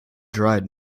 dried